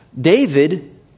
David